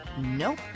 Nope